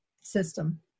system